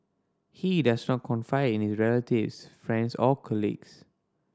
he does not confide in his relatives friends or colleagues